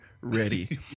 ready